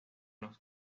los